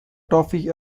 toffee